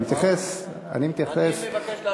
אני מבקש.